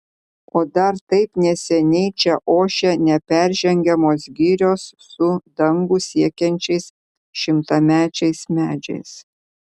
o dar taip neseniai čia ošė neperžengiamos girios su dangų siekiančiais šimtamečiais medžiais